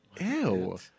Ew